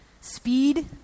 speed